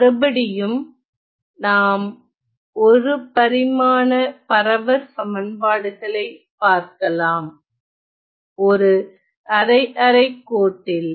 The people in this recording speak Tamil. மறுபடியும் நாம் 1 பரிமாண பரவற்சமன்பாடுகளை பார்க்கலாம் ஒரு அரை அரை கோட்டில்